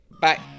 bye